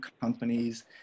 companies